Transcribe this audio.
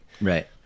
Right